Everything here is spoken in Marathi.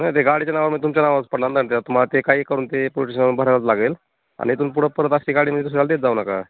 नाही ते गाडीच्या नावावर म्हणजे तुमच्या नावावरच पडणार ना त्यात मग ते काही करून ते पोलस स्टेशनला भराच लागेल आणि इथून पुढं परत अशी गाडीनी दुसऱ्याला देत जाऊ नका